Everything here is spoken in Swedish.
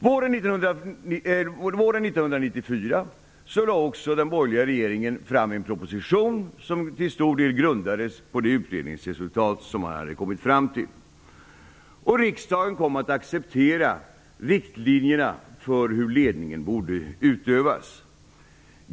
Våren 1994 lade den borgerliga regeringen fram en proposition som till stor del grundades på det utredningsresultat som man hade kommit fram till. Riksdagen kom att acceptera riktlinjerna för hur ledningen borde utövas.